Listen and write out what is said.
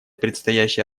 предстоящей